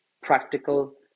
practical